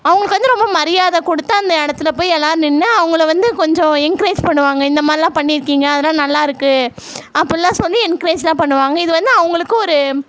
அவங்களுக்கு வந்து ரொம்ப மரியாதை கொடுத்து அந்த இடத்துல போய் எல்லோரும் நின்று அவங்கள வந்து கொஞ்சம் என்க்ரேஜ் பண்ணுவாங்க இந்த மாதிரிலாம் பண்ணிருக்கீங்க அதெலாம் நல்லாயிருக்கு அப்பிடில்லாம் சொல்லி என்க்ரேஜ் தான் பண்ணுவாங்க இது வந்து அவங்களுக்கும் ஒரு